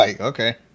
Okay